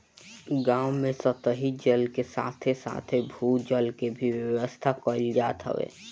गांव में सतही जल के साथे साथे भू जल के भी व्यवस्था कईल जात हवे